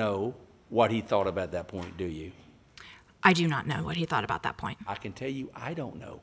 know what he thought about that point do you i do not know what he thought about that point i can tell you i don't know